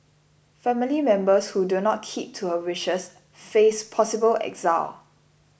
family members who do not keep to her wishes face possible exile